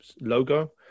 logo